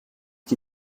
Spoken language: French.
qui